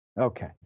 Okay